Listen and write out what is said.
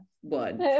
one